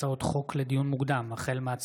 דן מרזוק: 6 הצעות סיעות יש עתיד והמחנה הממלכתי להביע